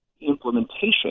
implementation